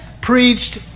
preached